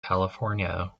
california